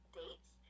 dates